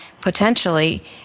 potentially